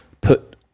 put